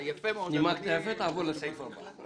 נימקת יפה, עבור לסעיף הבא.